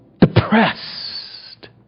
depressed